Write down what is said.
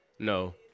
No